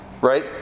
Right